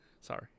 Sorry